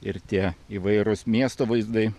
ir tie įvairūs miesto vaizdai